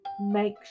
Make